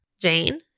Jane